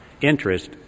Interest